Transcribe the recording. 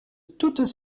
toutes